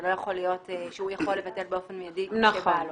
זה לא יכול להיות שהוא יכול לבטל באופן מידי כפי שבא לו.